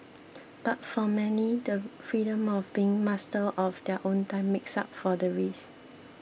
but for many the freedom of being master of their own time makes up for the risk